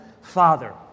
Father